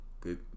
Good